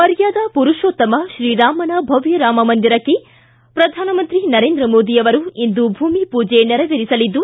ಮರ್ಯಾದಾ ಪುರುಷೋತ್ತಮ ಶ್ರೀರಾಮನ ಭವ್ದ ರಾಮ ಮಂದಿರಕ್ಕೆ ಪ್ರಧಾನಮಂತ್ರಿ ನರೇಂದ್ರ ಮೋದಿ ಅವರು ಇಂದು ಭೂಮಿ ಪೂಜೆ ನೆರವೇರಿಸಲಿದ್ದು